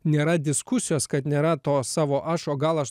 nėra diskusijos kad nėra to savo aš o gal aš